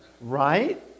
Right